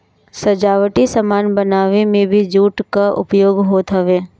सजावटी सामान बनावे में भी जूट कअ उपयोग होत हवे